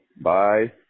bye